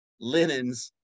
linens